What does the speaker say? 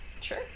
Sure